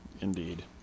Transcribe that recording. Indeed